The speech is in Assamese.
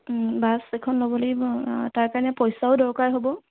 বাছ এখন ল'ব লাগিব তাৰকাৰণে পইচাও দৰকাৰ হ'ব